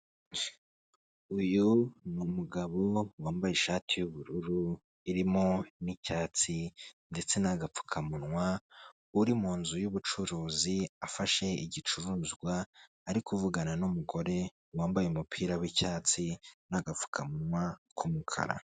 Uyu ni ni umugabo wambaye ishati y'ubururu, irimo n'icyatsi ndetse n'agapfukamunwa, uri mu nzu y'ubucuruzi. Afashe igicuruzwa ari kuvugana n'umugore wambaye umupira w'icyatsi, n'agapfukamunwa k'umukara.